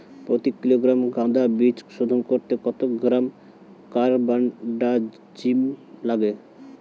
প্রতি কিলোগ্রাম গাঁদা বীজ শোধন করতে কত গ্রাম কারবানডাজিম লাগে?